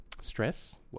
stress